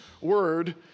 word